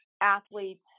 athletes